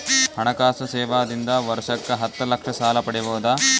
ಹಣಕಾಸು ಸೇವಾ ದಿಂದ ವರ್ಷಕ್ಕ ಹತ್ತ ಲಕ್ಷ ಸಾಲ ಪಡಿಬೋದ?